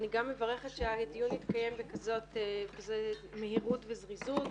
אני גם מברכת שהדיון התקיים בכזאת מהירות וזריזות.